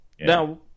Now